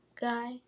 guy